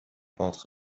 entre